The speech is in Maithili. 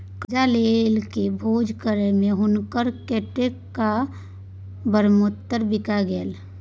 करजा लकए भोज करय मे हुनक कैकटा ब्रहमोत्तर बिका गेलै